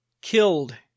killed